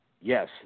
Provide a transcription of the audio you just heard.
yes